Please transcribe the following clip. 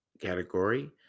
category